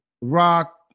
rock